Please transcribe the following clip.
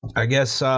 i guess,